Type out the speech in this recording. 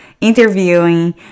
interviewing